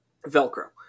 Velcro